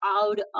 out